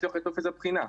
לשלוח את טופס הבחינה.